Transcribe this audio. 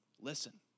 Listen